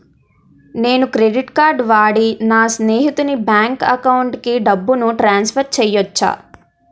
నేను credit card వాడి నా స్నేహితుని బ్యాంక్ అకౌంట్ కి డబ్బును ట్రాన్సఫర్ చేయచ్చా?